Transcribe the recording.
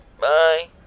Bye